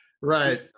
Right